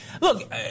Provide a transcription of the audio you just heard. Look